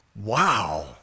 Wow